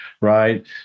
right